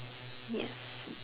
ya